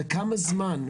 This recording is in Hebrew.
לכמה זמן?